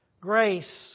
Grace